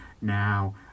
now